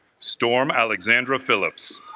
storm alexandre phillips